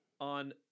on